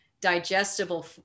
digestible